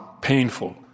painful